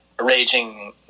raging